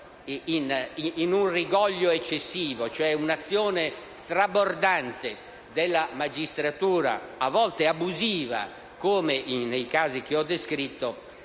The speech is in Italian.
in rigoglio eccessivo, e cioè che nel caso di un'azione strabordante della magistratura, a volte abusiva come nei casi che ho descritto,